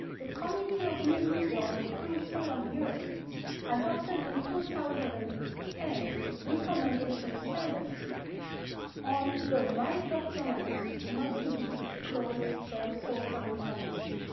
the committee of ministers of the council of europe adopted in two thousand and ten recommendation seven on the right of journalists not to disclose their source of information,